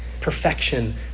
perfection